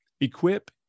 equip